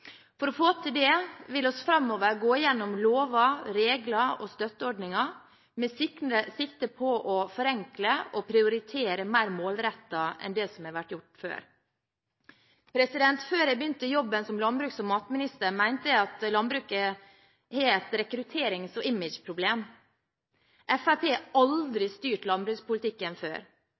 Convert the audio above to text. For å få til dette vil vi framover gå gjennom lover, regler og støtteordninger med sikte på å forenkle og prioritere mer målrettet enn det har vært gjort før. Før jeg begynte i jobben som landbruks- og matminister, mente jeg at landbruket har et rekrutterings- og imageproblem. Fremskrittspartiet har aldri styrt landbrukspolitikken før.